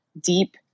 deep